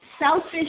Selfish